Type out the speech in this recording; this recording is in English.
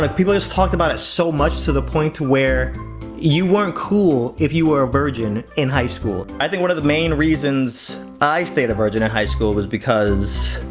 like people just talk about it so much to the point where you weren't cool if you were a virgin. in high school i think one of the main reasons i stayed a virgin in high school was because.